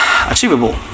achievable